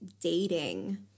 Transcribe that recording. dating